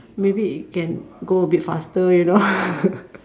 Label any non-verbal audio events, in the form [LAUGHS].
maybe it can go a bit faster you know [LAUGHS]